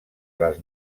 les